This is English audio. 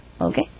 Okay